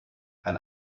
ein